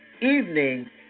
evening